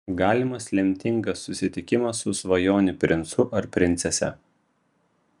galimas lemtingas susitikimas su svajonių princu ar princese